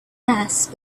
mass